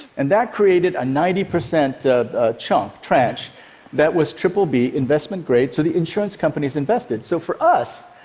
and that created a ninety percent chunk, tranche that was triple b, investment-grade, so the insurance companies invested. so for us,